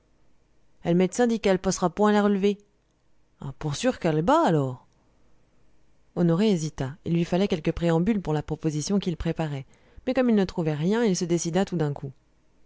l'médecin dit qu'all n'passera point la r'levée pour sûr qu'all'est bas alors honoré hésita il lui fallait quelques préambules pour la proposition qu'il préparait mais comme il ne trouvait rien il se décida tout d'un coup